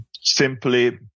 simply